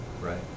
right